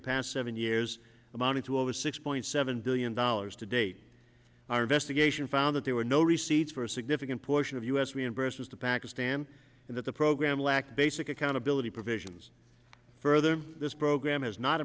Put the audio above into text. the past seven years amounting to over six point seven billion dollars to date our investigation found that there were no receipts for a significant portion of u s reimburses to pakistan and that the program lack basic accountability provisions further this program has not